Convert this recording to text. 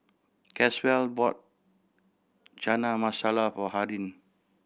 Caswell bought Chana Masala for Harden